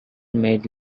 made